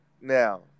Now